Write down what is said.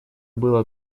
было